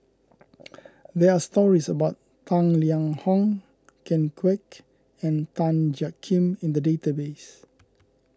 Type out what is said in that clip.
there are stories about Tang Liang Hong Ken Kwek and Tan Jiak Kim in the database